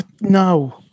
no